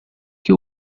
que